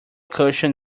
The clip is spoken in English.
cushion